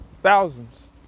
thousands